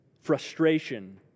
frustration